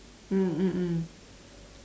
mm mm mm